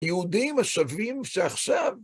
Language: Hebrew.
יהודים השווים שעכשיו...